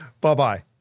bye-bye